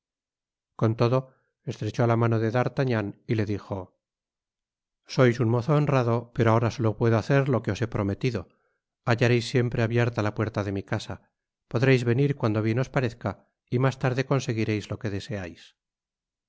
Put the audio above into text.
con todo estrechó la mano de d'artagnan y le dijo sois un mozo honrado pero ahora solo puedo hacer lo que os he prometido hallareis siempre abierta la puerta de mi casa podreis venir cuando bien os parezca y mas tarde conseguireis lo que deseais